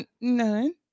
None